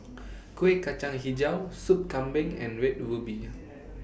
Kueh Kacang Hijau Sup Kambing and Red Ruby